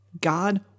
God